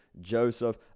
Joseph